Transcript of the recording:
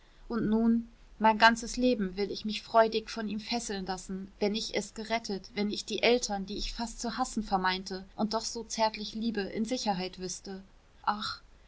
und nun mein ganzes leben will ich mich freudig von ihm fesseln lassen wenn ich es gerettet wenn ich die eltern die ich fast zu hassen vermeinte und doch so zärtlich liebe in sicherheit wüßte ach